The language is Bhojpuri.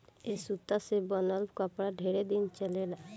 ए सूता से बनल कपड़ा ढेरे दिन चलेला